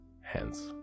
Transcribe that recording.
hence